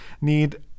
need